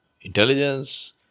intelligence